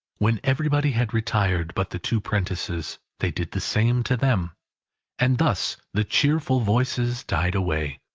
when everybody had retired but the two prentices, they did the same to them and thus the cheerful voices died away,